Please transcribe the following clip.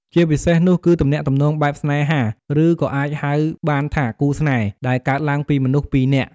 ជាពិសេសនោះគឺទំនាក់ទំនងបែបស្នេហាឬក៏អាចហៅបានថាគូរស្នេហ៍ ដែលកើតឡើងពីមនុស្សពីរនាក់។